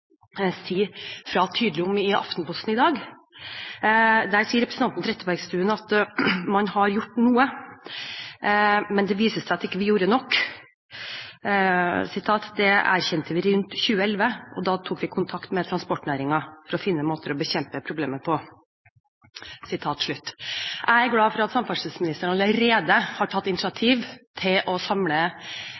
fra om i Aftenposten i dag. Der sier representanten Trettebergstuen at man har gjort noe. Men det viser seg at vi ikke gjorde nok. «Det erkjente vi rundt 2011, og da tok vi kontakt med transportnæringen for å finne måter å bekjempe problemet på.» Jeg er glad for at samferdselsministeren allerede har tatt initiativ til å samle